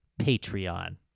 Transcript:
Patreon